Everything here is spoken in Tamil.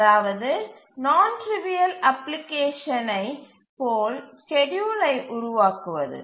அதாவது நான் ட்டிரிவியல் அப்ளிகேஷனை போல் ஸ்கேட்யூலை உருவாக்குவது